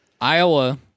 Iowa